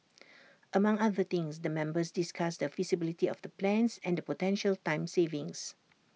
among other things the members discussed the feasibility of the plans and the potential time savings